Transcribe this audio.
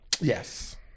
Yes